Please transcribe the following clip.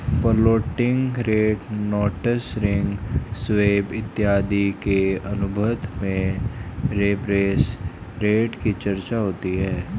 floating rate notes ring swap इत्यादि के अनुबंध में रेफरेंस रेट की चर्चा होती है